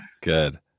Good